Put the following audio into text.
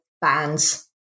bands